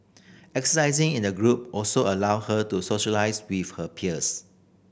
exercising in a group also allow her to socialise with her peers